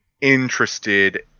interested